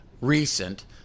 recent